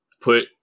put